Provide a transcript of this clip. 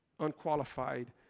unqualified